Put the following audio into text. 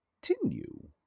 continue